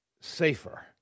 safer